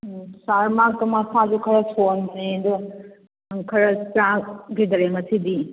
ꯁꯥꯔ ꯃꯥꯗꯣ ꯃꯁꯥꯁꯨ ꯈꯔ ꯁꯣꯟꯕꯅꯦ ꯑꯗꯣ ꯈꯔ ꯆꯥꯈꯤꯗꯔꯦ ꯉꯁꯤꯗꯤ